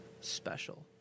special